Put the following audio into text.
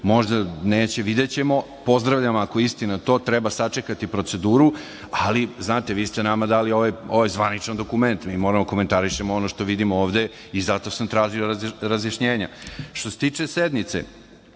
možda neće, videćemo. Pozdravljam ako je istina. Treba sačekati proceduru. Vi ste nama dali ovaj zvanični dokument. Mi moramo da komentarišemo ono što vidimo ovde i zato sam tražio razjašnjenje. Što se tiče sednice.